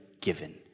given